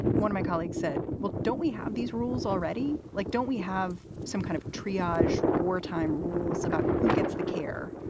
one of my colleagues said, well, don't we have these rules already? like, don't we have some kind of triage wartime rules about who gets the care?